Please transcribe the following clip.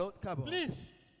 Please